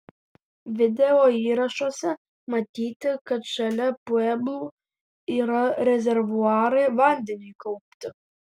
videoįrašuose matyti kad šalia pueblų yra rezervuarai vandeniui kaupti